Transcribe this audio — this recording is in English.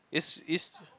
is is